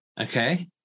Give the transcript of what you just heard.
Okay